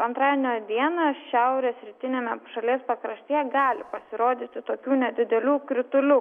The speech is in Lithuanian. antradienio dieną šiaurės rytiniame šalies pakraštyje gali pasirodyti tokių nedidelių kritulių